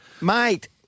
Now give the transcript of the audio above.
mate